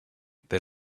they